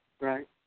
Right